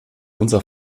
unser